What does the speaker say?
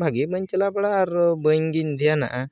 ᱵᱷᱟᱜᱮ ᱵᱟᱹᱧ ᱪᱟᱞᱟᱣ ᱵᱟᱲᱟᱜᱼᱟ ᱟᱨ ᱵᱟᱝᱜᱤᱧ ᱫᱷᱮᱭᱟᱱᱟᱜᱼᱟ